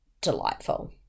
delightful